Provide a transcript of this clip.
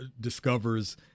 discovers